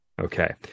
okay